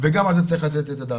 וגם על זה צריך לתת את הדעת.